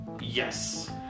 Yes